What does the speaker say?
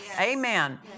Amen